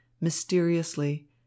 mysteriously